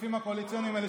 בכספים הקואליציוניים האלה,